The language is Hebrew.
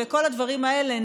וכל הדברים האלה,